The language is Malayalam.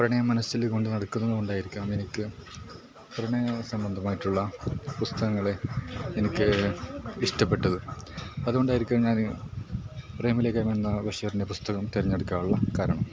പ്രണയം മനസ്സിൽ കൊണ്ട് നടക്കുന്നത് കൊണ്ടായിരിക്കാം എനിക്ക് പ്രണയ സംബന്ധമായിട്ടുള്ള പുസ്തകങ്ങളെ എനിക്ക് ഇഷ്ടപെട്ടത് അതുകൊണ്ടായിരിക്കും ഞാൻ പ്രേമലേഖനം എന്ന ബഷീറിൻ്റെ പുസ്തകം തെരഞ്ഞെടുക്കാനുള്ള കാരണം